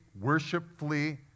worshipfully